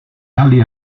ali